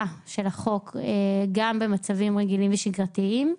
של החוק גם במצבים רגילים ושגרתיים,